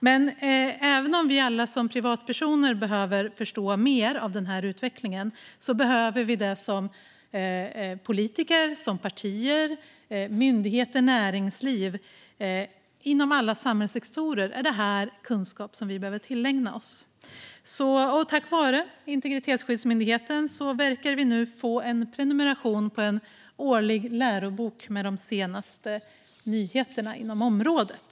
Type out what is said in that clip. Men även om vi alla behöver förstå mer av den här utvecklingen som privatpersoner är det också kunskap som politiker, partier, myndigheter, näringsliv och alla samhällssektorer behöver tillägna sig. Tack vare Integritetsskyddsmyndigheten verkar vi nu få en prenumeration på en årlig lärobok med de senaste nyheterna på området.